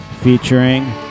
Featuring